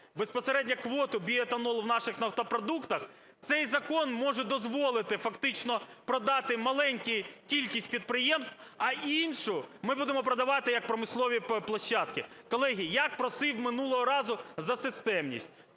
безпосередньо квоту біоетанолу в наших нафтопродуктах, цей закон може дозволити, фактично, продати маленьку кількість підприємств, а іншу ми будемо продавати як промислові площадки. Колеги, я просив минулого разу за системність,